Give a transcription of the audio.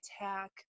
attack